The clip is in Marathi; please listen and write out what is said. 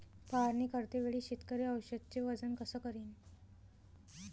फवारणी करते वेळी शेतकरी औषधचे वजन कस करीन?